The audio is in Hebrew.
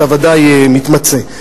אתה ודאי מתמצא.